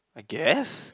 I guess